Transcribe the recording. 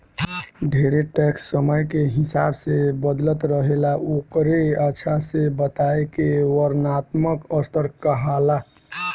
ढेरे टैक्स समय के हिसाब से बदलत रहेला ओकरे अच्छा से बताए के वर्णात्मक स्तर कहाला